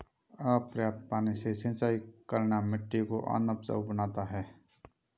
अपर्याप्त पानी से सिंचाई करना मिट्टी को अनउपजाऊ बनाता है